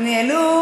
סיפור אחר לגמרי.